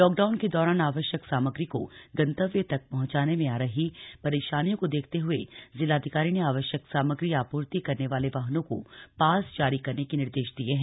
lockdown के दौरान आवश्यक सामग्री को गंतव्य तक पहंचाने में आ रही परेशानियों को देखते हए जिलाधिकारी ने आवश्यक सामग्री आपूर्ति करने वाले वाहनों को पास जारी करने के निर्देश दिए हैं